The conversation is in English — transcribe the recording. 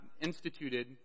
instituted